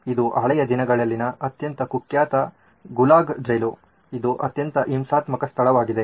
ಇದು ಹಳೆಯ ದಿನಗಳಲ್ಲಿನ ಅತ್ಯಂತ ಕುಖ್ಯಾತ ಗುಲಾಗ್ ಜೈಲು ಇದು ಅತ್ಯಂತ ಹಿಂಸಾತ್ಮಕ ಸ್ಥಳವಾಗಿದೆ